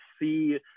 see